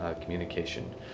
communication